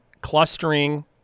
clustering